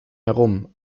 herum